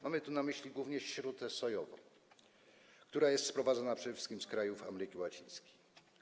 Mam tu na myśli głównie śrutę sojową, która jest sprowadzana przede wszystkim z krajów Ameryki Łacińskiej.